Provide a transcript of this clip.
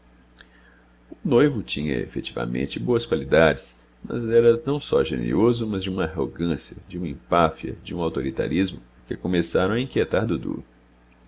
o noivo tinha efetivamente boas qualidades mas era não só genioso mas de uma arrogância de uma empáfia de um autoritarismo que começaram a inquietar dudu uma